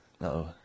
No